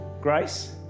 Grace